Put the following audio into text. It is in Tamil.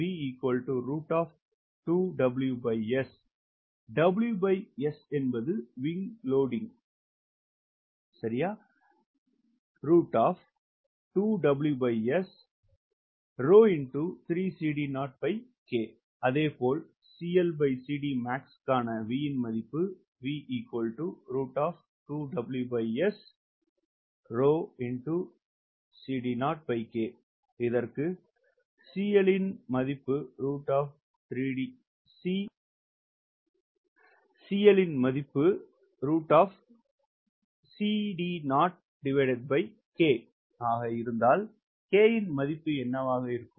எனவே காண V இன் மதிப்பு அதேபோல் காண V இன் மதிப்பு இதற்கு CL இன் மதிப்பு ஆக இருந்தால் K இன் மதிப்பு என்னவாக இருக்கும்